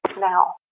now